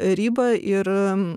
ribą ir